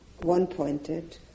one-pointed